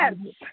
Yes